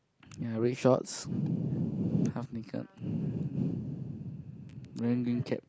ya red shorts half naked then green cap